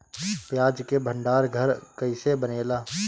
प्याज के भंडार घर कईसे बनेला?